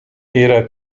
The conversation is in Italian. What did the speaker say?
era